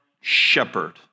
shepherd